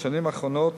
בשנים האחרונות